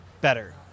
better